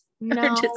no